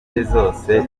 zose